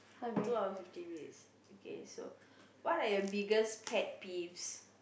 two hour fifteen minutes okay so what are your biggest pet peeves